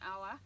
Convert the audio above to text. hour